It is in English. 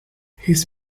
his